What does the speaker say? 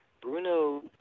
Bruno